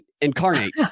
incarnate